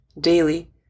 daily